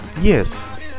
yes